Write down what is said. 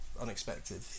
unexpected